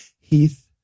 Heath